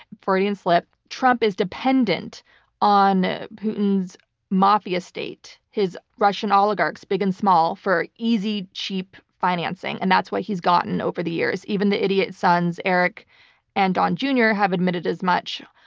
freudian slip. trump is dependent on putin's mafia state, his russian oligarchs, big and small, for easy, cheap financing, and that's why he's gotten over the years. even the idiot sons, eric and don junior, have admitted as much.